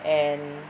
and